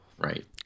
Right